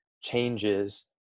changes